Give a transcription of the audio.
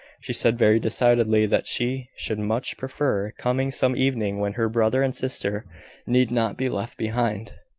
she said very decidedly that she should much prefer coming some evening when her brother and sister need not be left behind.